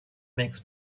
makes